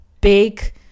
big